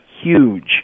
huge